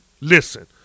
Listen